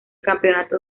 campeonato